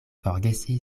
forgesi